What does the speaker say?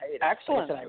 Excellent